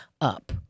up